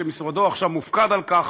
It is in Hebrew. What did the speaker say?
שמשרדו מופקד עכשיו על כך,